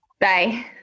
Bye